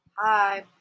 Hi